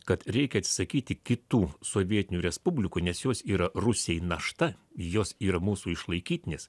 kad reikia atsisakyti kitų sovietinių respublikų nes jos yra rusijai našta jos yra mūsų išlaikytinės